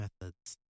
methods